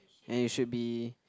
and it should be